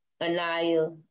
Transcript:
Anaya